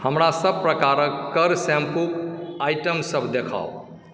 हमरा सभ प्रकारक कर शैंपूकऽ आइटमसभ देखाउ